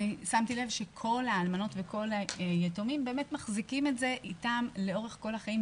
שמתי לב שכל האלמנות וכל היתומים מחזיקים את זה איתם לאורך כל החיים,